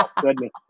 Goodness